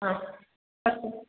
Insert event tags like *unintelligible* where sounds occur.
ആ *unintelligible*